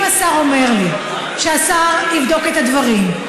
אם השר אומר לי שהשר יבדוק את הדברים,